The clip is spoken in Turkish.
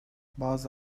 bazı